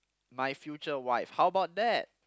my future wife how about that